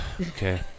okay